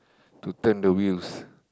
to turn the wheels